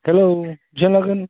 हेल' बेसां लागोन